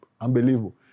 unbelievable